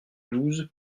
douze